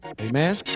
Amen